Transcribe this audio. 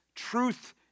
truth